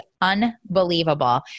unbelievable